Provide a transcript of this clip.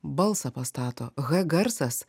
balsą pastato h garsas